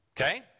Okay